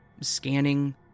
scanning